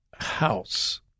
house